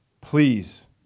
Please